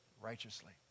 righteously